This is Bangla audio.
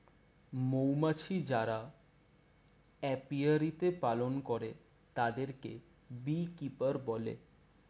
মৌমাছি যারা অপিয়ারীতে পালন করে তাদেরকে বী কিপার বলে